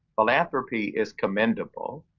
philanthropy is commendable,